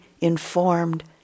informed